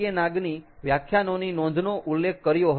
નાગની વ્યાખ્યાનોની નોંધનો ઉલ્લેખ કર્યો હતો